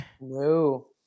No